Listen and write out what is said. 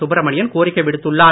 சுப்ரமணியன் கோரிக்கை விடுத்துள்ளார்